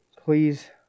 please